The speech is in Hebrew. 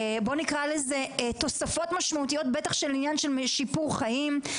בואו נקרא לזה "תוספות משמעותיות" - בטח בעניין של שיפור חיים,